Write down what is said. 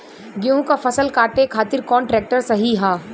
गेहूँक फसल कांटे खातिर कौन ट्रैक्टर सही ह?